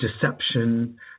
deception